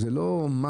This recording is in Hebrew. זה לא מס,